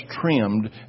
trimmed